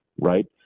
right